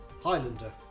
Highlander